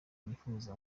nifuza